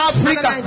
Africa